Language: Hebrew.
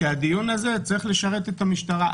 שהדיון הזה צריך לשרת את המשטרה.